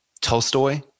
Tolstoy